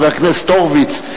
חבר הכנסת הורוביץ,